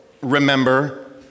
remember